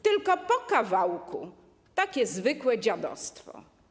Tylko po kawałku, takie zwykłe dziadostwo.